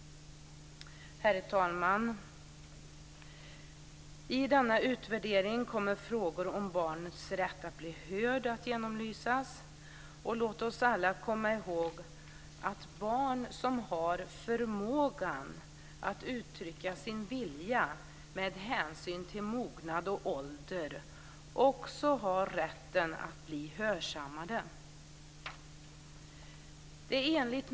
Herr talman! I denna utvärdering kommer frågor om barnets rätt att bli hörd att genomlysas. Låt oss alla komma ihåg att barn som har förmågan att uttrycka sin vilja med hänsyn till mognad och ålder också har rätt att bli hörsammade.